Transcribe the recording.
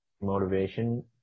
motivation